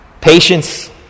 Patience